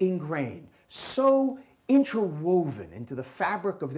ingrained so interwoven into the fabric of